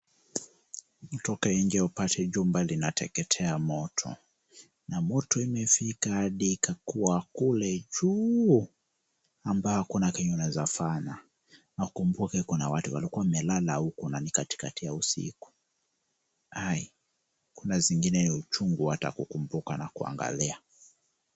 Utoke nje upate jumba linateketea moto, na moto imefika hadi kule juu ambapo hakuna kile unaweza fanya. Na ukumbuke kuna watu walikuwa wamelala huku na ni katikati ya usiku. Aaai! kuna zingine ni uchungu kukumbuka na hata kuangalia.